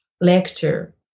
lecture